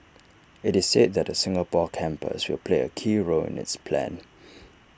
IT is said that the Singapore campus will play A key role in its plan